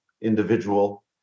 individual